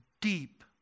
deep